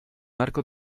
arco